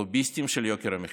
לוביסטים של יוקר המחיה.